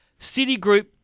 Citigroup